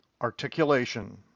articulation